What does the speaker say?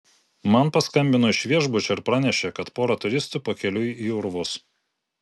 man paskambino iš viešbučio ir pranešė kad pora turistų pakeliui į urvus